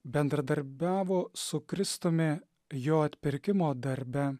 bendradarbiavo su kristumi jo atpirkimo darbe